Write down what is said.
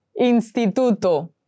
Instituto